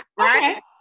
Right